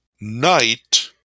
knight